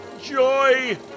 Joy